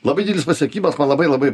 labai didelis pasiekimas man labai labai